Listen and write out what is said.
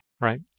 right